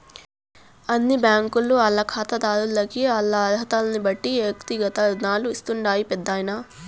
అన్ని బ్యాంకీలు ఆల్ల కాతాదార్లకి ఆల్ల అరహతల్నిబట్టి ఎక్తిగత రుణాలు ఇస్తాండాయి పెద్దాయనా